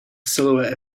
silhouette